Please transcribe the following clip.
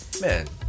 Man